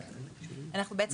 בעצם,